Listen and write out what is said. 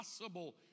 possible